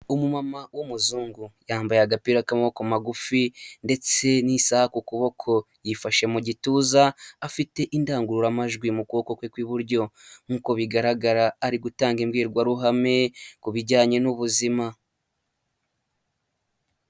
Umumama w'umuzungu yambaye agapira k'amaboko magufi ndetse n'isaha ku kuboko, yifashe mu gituza afite indangururamajwi mu kuboko kwe kw'iburyo nk'uko bigaragara ari gutanga imbwirwaruhame ku bijyanye n'ubuzima.